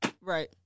Right